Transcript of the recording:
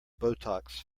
botox